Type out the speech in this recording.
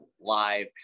live